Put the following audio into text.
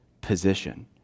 position